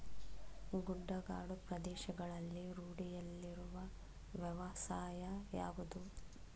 ಗುಡ್ಡಗಾಡು ಪ್ರದೇಶಗಳಲ್ಲಿ ರೂಢಿಯಲ್ಲಿರುವ ವ್ಯವಸಾಯ ಯಾವುದು?